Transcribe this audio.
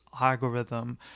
algorithm